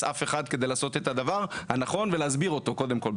אף אחד כדי לעשות את הדבר הנכון ולהסביר אותו קודם כל,